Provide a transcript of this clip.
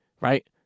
Right